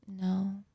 no